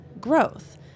growth